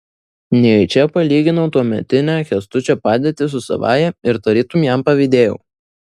nejučia palyginau tuometinę kęstučio padėtį su savąja ir tarytum jam pavydėjau